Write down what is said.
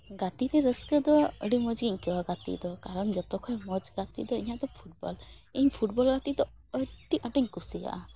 ᱜᱟᱛᱮ ᱨᱮ ᱨᱟᱹᱥᱠᱟᱹ ᱫᱚ ᱟᱹᱰᱤ ᱢᱚᱡᱽ ᱜᱤᱧ ᱟᱹᱭᱠᱟᱹᱣᱟ ᱜᱟᱛᱮᱜ ᱫᱚ ᱠᱟᱨᱚᱱ ᱡᱚᱛᱚ ᱠᱷᱚᱱ ᱢᱚᱡᱽ ᱜᱟᱛᱮ ᱫᱚ ᱤᱧᱟᱹᱜ ᱫᱚ ᱯᱷᱩᱴᱵᱚᱞ ᱤᱧ ᱯᱷᱩᱴᱵᱚᱞ ᱜᱟᱛᱮᱜ ᱫᱚ ᱟᱹᱰᱰᱤ ᱟᱸᱴᱤᱧ ᱠᱩᱥᱤᱭᱟᱜᱼᱟ